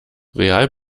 real